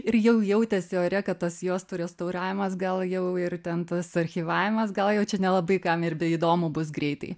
ir jau jautėsi ore kad tas juostų restauravimas gal jau ir ten tas archyvavimas gal jau čia nelabai kam ir beįdomu bus greitai